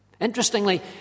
Interestingly